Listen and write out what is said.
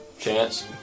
Chance